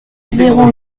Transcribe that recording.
zéro